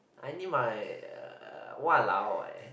I need my !walao! eh